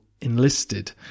enlisted